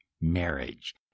marriage